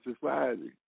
society